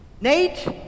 Nate